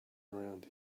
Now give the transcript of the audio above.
around